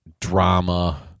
drama